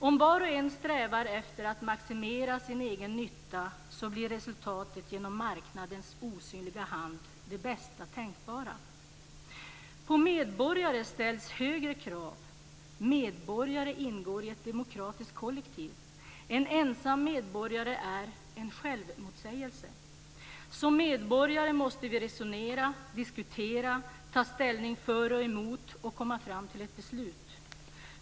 Om var och en strävar efter att maximera sin egen nytta blir resultatet genom marknadens osynliga hand det bästa tänkbara. På medborgare ställs det högre krav. Medborgare ingår i ett demokratiskt kollektiv. En ensam medborgare är en självmotsägelse. Som medborgare måste vi resonera, diskutera, ta ställning för och emot och komma fram till ett beslut.